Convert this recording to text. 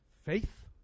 Faith